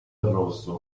rosso